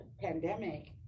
pandemic